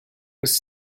was